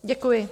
Děkuji.